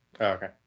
okay